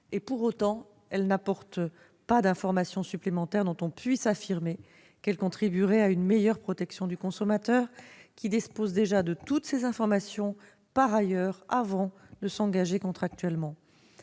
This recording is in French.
des publicités, sans apporter d'informations supplémentaires dont on puisse affirmer qu'elles contribueraient à une meilleure protection du consommateur, qui dispose déjà de toutes ces informations par ailleurs, avant de s'engager contractuellement.